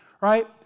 right